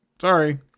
Sorry